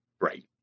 Right